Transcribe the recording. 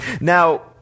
Now